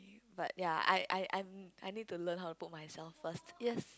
but ya I I I I need to learn how to put myself first yes